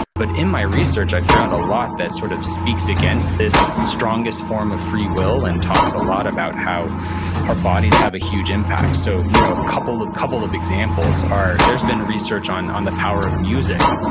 but in my research, i found a lot that sort of speaks against this strongest form of free will and talks a lot about how our bodies have a huge impact so you know a huge impact couple of examples are there's been research on on the power of music.